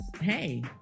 Hey